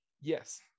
yes